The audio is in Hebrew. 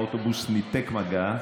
האוטובוס ניתק מגע.